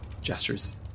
gestures